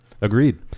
Agreed